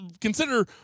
Consider